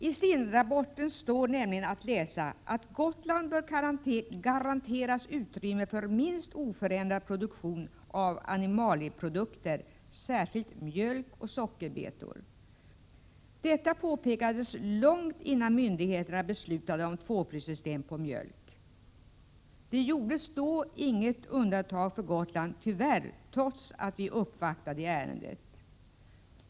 I SIND-rapporten står att läsa att Gotland bör garanteras utrymme för minst oförändrad produktion av animalieprodukter — särskilt mjölk och sockerbetor. Detta påpekades långt innan myndigheterna beslutade om tvåprissystem på mjölk. Det gjordes då tyvärr inget undantag för Gotland, trots att vi uppvaktade i ärendet.